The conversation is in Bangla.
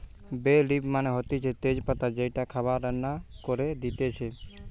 বে লিফ মানে হতিছে তেজ পাতা যেইটা খাবার রান্না করে দিতেছে